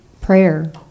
prayer